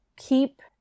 keep